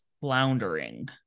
floundering